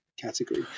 category